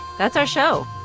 that's our show.